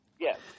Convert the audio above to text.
Yes